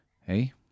hey